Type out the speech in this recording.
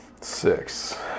Six